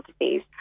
disease